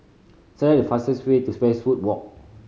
select the fastest way to Westwood Walk